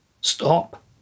stop